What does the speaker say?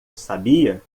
sabia